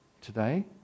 today